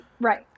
Right